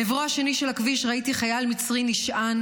מעברו השני של הכביש ראיתי חייל מצרי נשען